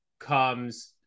comes